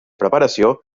preparació